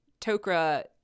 Tok'ra